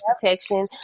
protection